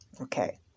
okay